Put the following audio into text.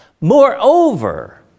Moreover